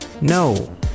no